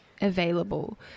available